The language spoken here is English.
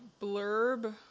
blurb